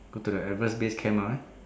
go to the Everest base camp alright